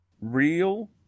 real